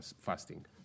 fasting